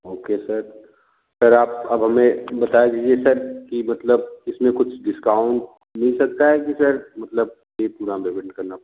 okay sir sir आप अब हमें बता दीजिये सर की मतलब इसमें कुछ डिस्काउंट मिल सकता है कि सर मतलब ये पूरा पेमेंट करना पड़